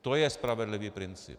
To je spravedlivý princip.